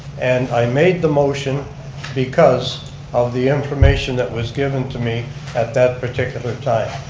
and i made the motion because of the information that was given to me at that particular time.